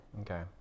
Okay